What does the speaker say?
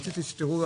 רציתי שתראו,